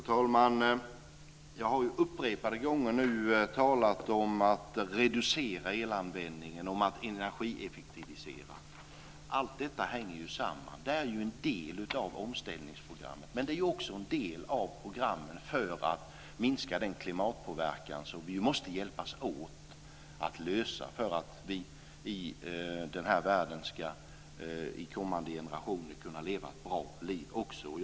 Fru talman! Jag har upprepade gånger talat om att reducera elanvändningen och om att energieffektivisera. Allt detta hänger ju samman. Det är en del av omställningsprogrammet. Men det är också en del av programmen för att minska den klimatpåverkan som vi måste hjälpas åt att minska för att vi och kommande generationer i den här världen ska kunna leva ett bra liv.